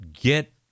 get